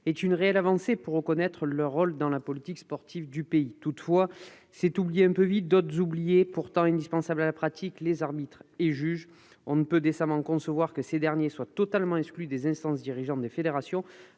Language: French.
est une réelle avancée pour reconnaître leur rôle dans la politique sportive du pays. Mais c'est oublier un peu vite les arbitres et juges, pourtant indispensables à la pratique sportive. On ne peut décemment concevoir que ces derniers soient totalement exclus des instances dirigeantes des fédérations,